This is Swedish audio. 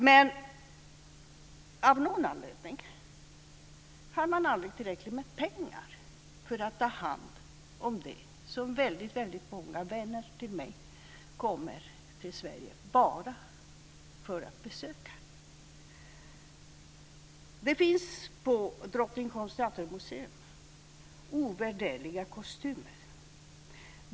Men av någon anledning har man aldrig tillräckligt med pengar för att ta hand om detta. Väldigt många vänner till mig kommer till Sverige bara för att besöka det. Det finns ovärderliga kostymer på Drottningholms teatermuseum.